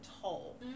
toll